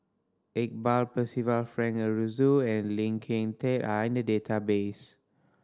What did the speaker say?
Iqbal Percival Frank Aroozoo and Lee Kin Tat are in the database